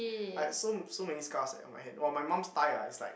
I had so so many scars eh on my hand !wah! my mum's thighs ah is like